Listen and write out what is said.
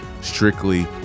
strictly